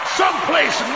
someplace